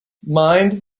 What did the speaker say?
mind